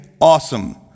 Awesome